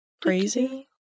crazy